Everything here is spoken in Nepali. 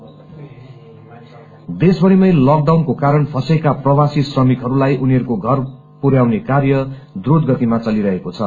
स्ट्रयाण्डेड पीपल देशमरिमै लकडाउनको कारण फँसेका प्रवासी श्रमिकहरूलाई उनीहरूको घर पुरयाउने कार्य द्रूत गतिमा चलिरहेको छ